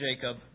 Jacob